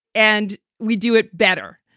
and we do it better.